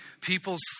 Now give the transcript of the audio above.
people's